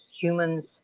humans